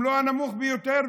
אם לא הנמוך ביותר,